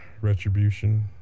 Retribution